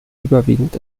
überwiegend